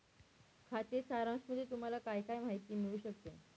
खाते सारांशामध्ये तुम्हाला काय काय माहिती मिळू शकते?